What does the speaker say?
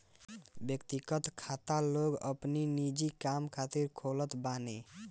व्यक्तिगत खाता लोग अपनी निजी काम खातिर खोलत बाने